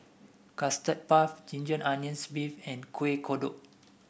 Custard Puff Ginger Onions beef and Kueh Kodok